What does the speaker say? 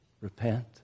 Repent